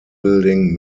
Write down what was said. building